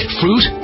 fruit